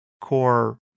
core